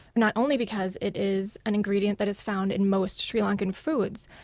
not only because it is an ingredient that is found in most sri lankan foods,